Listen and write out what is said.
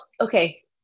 okay